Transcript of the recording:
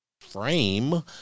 frame